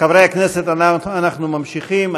חברי הכנסת, אנחנו ממשיכים.